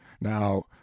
now